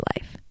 life